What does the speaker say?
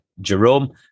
Jerome